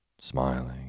smiling